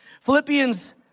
Philippians